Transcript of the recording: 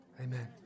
Amen